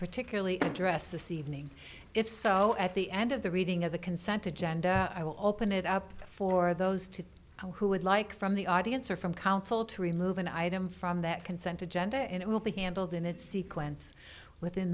particularly addressed this evening if so at the end of the reading of the consent to gender i will open it up for those to who would like from the audience or from counsel to remove an item from that consent agenda and it will be handled in its sequence within